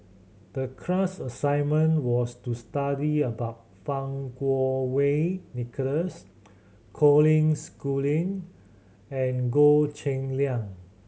the class assignment was to study about Fang Kuo Wei Nicholas Colin Schooling and Goh Cheng Liang